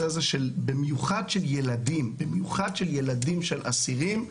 במיוחד של ילדים, במיוחד של ילדים של אסירים.